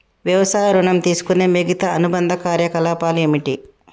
వ్యవసాయ ఋణం తీసుకునే మిగితా అనుబంధ కార్యకలాపాలు ఏమిటి?